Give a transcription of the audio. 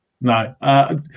No